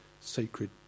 sacred